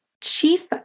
Chief